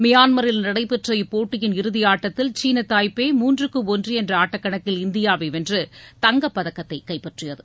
மியான்மில் நடைபெற்ற இப்போட்டியின் இறுதியாட்டத்தில் சீனா தாய்பே மூன்றுக்கு ஒன்று என்ற ஆட்டக்கணக்கில் இந்தியாவை வென்று தங்கப்பதக்கத்தை கைப்பற்றியது